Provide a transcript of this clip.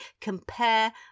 compare